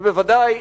ובוודאי,